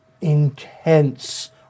intense